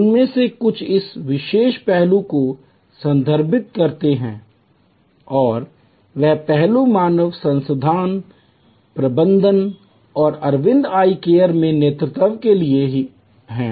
उनमें से कुछ इस विशेष पहलू को संदर्भित करते हैं और वह पहलू मानव संसाधन प्रबंधन और अरविंद आई केयर में नेतृत्व के बारे में है